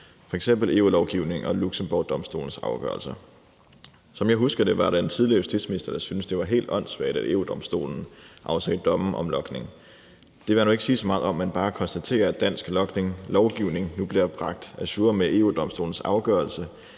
f.eks. EU-lovgivning og EU-Domstolens afgørelser. Som jeg husker det, var det en tidligere justitsminister, der syntes, at det var helt åndssvagt, at EU-Domstolen afsagde domme om logning. Det vil jeg nu ikke sige så meget om, men bare konstatere, at dansk lovgivning nu bliver bragt ajour med EU-Domstolens afgørelse